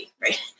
Right